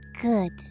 Good